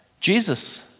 Jesus